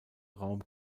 raum